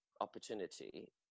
opportunity